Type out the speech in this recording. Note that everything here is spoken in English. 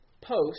post-